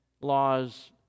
laws